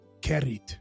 carried